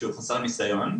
כשהוא חסר ניסיון,